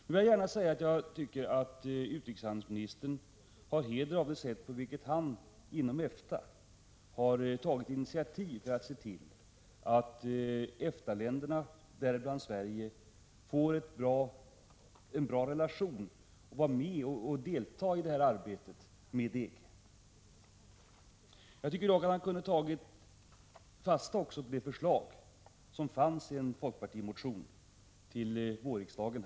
Jag vill gärna säga, att jag tycker att utrikeshandelsministern har heder av det sätt på vilket han inom EFTA har tagit initiativ för att se till att EFTA-länderna, däribland Sverige, får en bra relation till EG och får delta i arbetet med att skapa en gemensam marknad för EG och EFTA. Jag tycker dock att man hade kunnat ta fasta på det förslag som återfinns i en folkpartimotion till vårriksdagen.